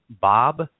Bob